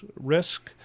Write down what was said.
risk